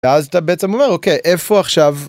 אז אתה בעצם אומר אוקיי איפה עכשיו.